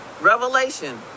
Revelation